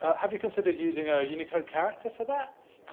have you considered using a unicode character for that?